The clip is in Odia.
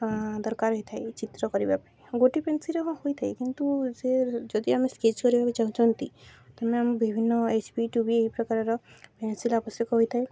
ଦରକାର ହୋଇଥାଏ ଚିତ୍ର କରିବା ପାଇଁ ଗୋଟେ ପେନସିଲ୍ ହୋଇଥାଏ କିନ୍ତୁ ସେ ଯଦି ଆମେ ସ୍କେଚ୍ କରିବାକୁ ଚାହୁଁଛନ୍ତି ତମେ ଆମ ବିଭିନ୍ନ ଏଚ୍ ବିି ଟୁ ବି ଏହି ପ୍ରକାରର ପେନସିଲ୍ ଆବଶ୍ୟକ ହୋଇଥାଏ